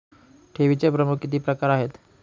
ठेवीचे प्रमुख किती प्रकार आहेत?